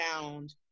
found